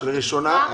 של ראשונה?